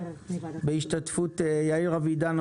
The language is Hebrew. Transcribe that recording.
בהשתתפות יאיר אבידן,